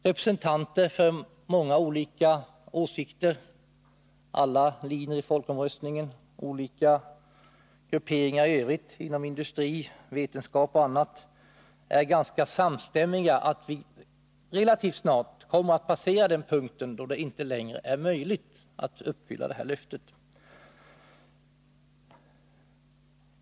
Representanter för många olika åsikter, alla linjer i folkomröstningen, olika grupperingar i övrigt inom industri, vetenskap och annat är ganska samstämmiga i bedömningen, att vi relativt snart kommer att passera den punkt då det inte längre är möjligt att uppfylla dessa löften.